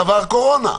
עבר קורונה.